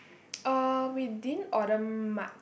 uh we didn't order much